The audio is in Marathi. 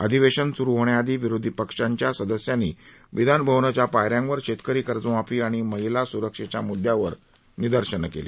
अधिवेशन स्रू होण्याआधी विरोधी पक्षाच्या सदस्यांनी विधानभवनाच्या पायऱ्यांवर शेतकरी कर्जमाफी आणि महिला स्रक्षेच्या म्ददांवर निदर्शनं केली